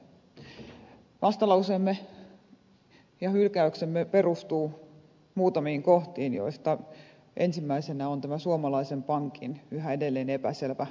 vastalauseemme ja hylkäyksemme perustuu muutamiin kohtiin joista ensimmäisenä on tämä suomalaisen pankin yhä edelleen epäselvä määritelmä